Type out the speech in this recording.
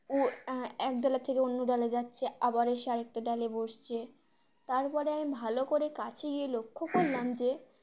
ও এক ডালের থেকে অন্য ডালে যাচ্ছে আবার এসে আরেকটা ডালে বসছে তার পরে আমি ভালো করে কাছে গিয়ে লক্ষ্য করলাম যে